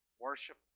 worship